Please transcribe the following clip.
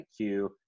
IQ